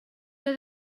oedd